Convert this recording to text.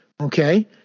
Okay